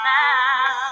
now